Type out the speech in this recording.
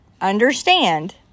understand